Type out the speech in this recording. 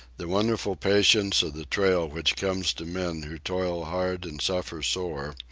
the wonderful patience of the trail which comes to men who toil hard and suffer sore,